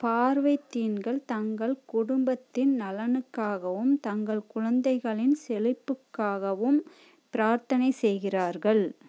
பார்வைத்தின்கள் தங்கள் குடும்பத்தின் நலனுக்காகவும் தங்கள் குழந்தைகளின் செழிப்புக்காகவும் பிரார்த்தனை செய்கிறார்கள்